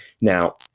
Now